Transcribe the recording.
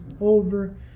over